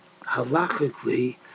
halachically